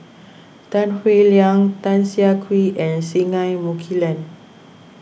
Tan Howe Liang Tan Siah Kwee and Singai Mukilan